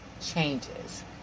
changes